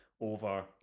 over